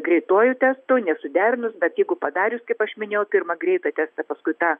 greituoju testu nesuderinus bet jeigu padarius kaip aš minėjau pirma greitą testą paskui tą